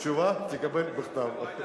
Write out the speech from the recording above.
תשובה תקבל בכתב.